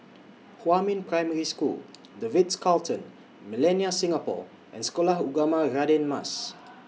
Huamin Primary School The Ritz Carlton Millenia Singapore and Sekolah Ugama Radin Mas